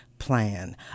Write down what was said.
Plan